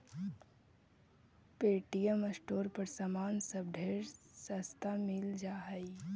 Paytm store पर समान सब ढेर सस्ता मिल जा हई